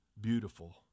beautiful